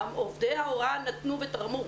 עובדי ההוראה נתנו ותרמו,